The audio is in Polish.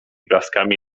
blaskami